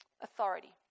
Authority